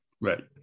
right